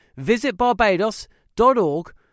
visitbarbados.org